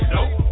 Nope